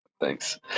thanks